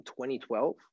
2012